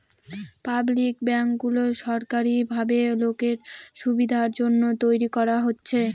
public ব্যাঙ্কগুলো সরকারি ভাবে লোকের সুবিধার জন্য তৈরী করা হচ্ছে